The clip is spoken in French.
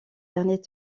derniers